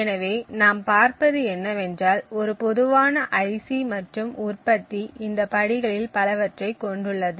எனவே நாம் பார்ப்பது என்னவென்றால் ஒரு பொதுவான ஐசி மற்றும் உற்பத்தி இந்த படிகளில் பலவற்றைக் கொண்டுள்ளது